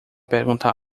perguntar